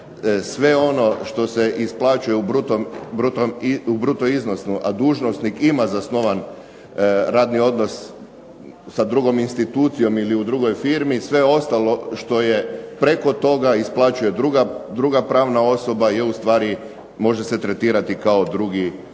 sve ono što se isplaćuje u bruto iznosu, a dužnosnik ima zasnovan radni odnos sa drugom institucijom ili u drugoj firmi, sve ostalo što je preko toga isplaćuje druga pravna osoba je ustvari može se tretirati kao drugi dohodak.